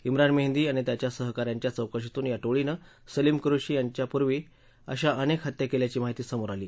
िन मेहंदी आणि त्याच्या सहकाऱ्यांच्या चौकशीतून या टोळीनं सलीम कुरेशी यांच्यापूर्वी अशा अनेक हत्या केल्याची माहिती समोर आली